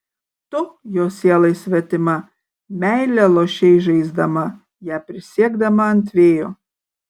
tu jo sielai svetima meilę lošei žaisdama ją prisiekdama ant vėjo